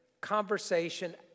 conversation